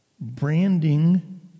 Branding